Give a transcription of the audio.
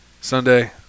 Sunday